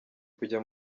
kujya